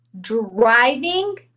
Driving